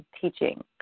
teaching